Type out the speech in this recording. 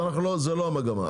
זו לא המגמה.